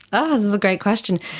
ah is a great question.